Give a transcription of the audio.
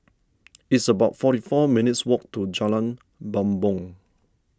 it's about forty four minutes' walk to Jalan Bumbong